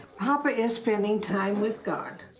papa is spending time with god.